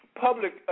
public